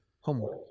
homework